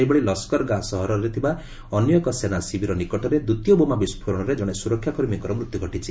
ସେହିଭଳି ଲସ୍କର ଗା ସହରରେ ଥିବା ଅନ୍ୟ ଏକ ସେନା ଶିବିର ନିକଟରେ ଦ୍ୱିତୀୟ ବୋମା ବିସ୍ଫୋରଣରେ ଜଣେ ସ୍ୱରକ୍ଷା କର୍ମୀଙ୍କର ମୃତ୍ୟ ଘଟିଛି